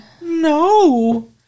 No